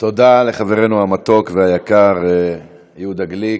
תודה לחברנו המתוק והיקר יהודה גליק.